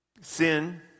Sin